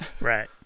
Right